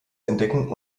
entdecken